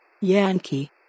Yankee